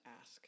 ask